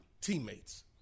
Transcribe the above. teammates